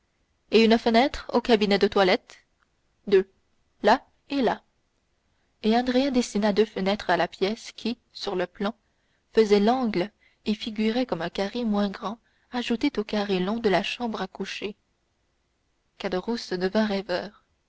et une fenêtre au cabinet de toilette deux là et là et andrea dessina deux fenêtres à la pièce qui sur le plan faisait l'angle et figurait comme un carré moins grand ajouté au carré long de la chambre à coucher caderousse devint